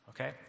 Okay